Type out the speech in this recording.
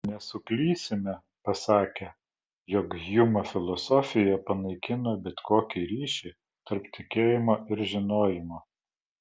nesuklysime pasakę jog hjumo filosofija panaikino bet kokį ryšį tarp tikėjimo ir žinojimo